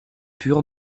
pur